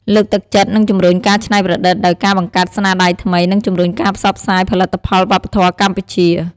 លើកទឹកចិត្ត និងជំរុញការច្នៃប្រឌិត ដោយការបង្កើតស្នាដៃថ្មី និងជំរុញការផ្សព្វផ្សាយផលិតផលវប្បធម៌កម្ពុជា។